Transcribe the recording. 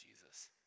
Jesus